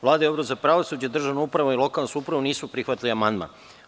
Vlada i Odbor za pravosuđe, državnu upravu i lokalnu samoupravu nisu prihvatili amandman.